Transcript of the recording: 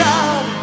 God